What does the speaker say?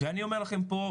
ואני אומר לכם פה,